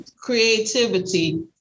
creativity